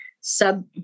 sub